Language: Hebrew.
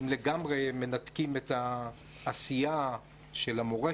אני חייב לציין שהמיזם הזה הוא מיזם